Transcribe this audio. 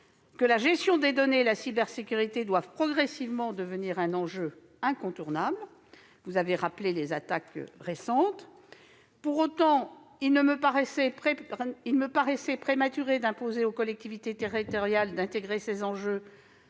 que la gestion des données et la cybersécurité deviennent progressivement un enjeu incontournable ; vous avez rappelé les attaques récentes. Pour autant, il me paraissait prématuré d'imposer aux collectivités territoriales d'intégrer ces enjeux